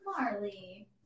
Marley